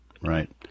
right